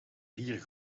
vier